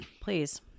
Please